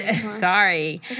sorry